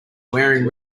wearing